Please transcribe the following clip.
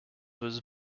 was